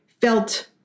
felt